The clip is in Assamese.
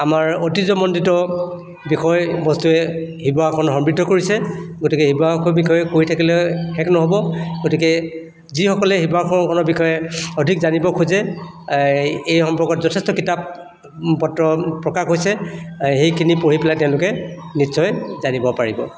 আমাৰ ঐতিহ্যমণ্ডিত বিষয়বস্তুৱে শিৱসাগৰখন সমৃদ্ধ কৰিছে গতিকে শিৱসাগৰৰ বিষয়ে কৈ থাকিলে শেষ নহ'ব গতিকে যিসকলে শিৱসাগৰখনৰ বিষয়ে অধিক জানিব খোজে এই সম্পৰ্কত যথেষ্ট কিতাপ পত্ৰ প্ৰকাশ হৈছে এই সেইখিনি পঢ়ি পেলাই তেওঁলোকে নিশ্চয় জানিব পাৰিব